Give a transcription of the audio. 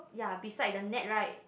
ya beside the net right